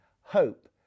hope